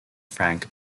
frank